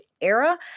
era